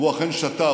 והוא שתה.